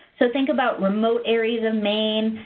so think about remote areas of maine,